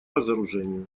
разоружению